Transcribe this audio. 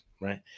right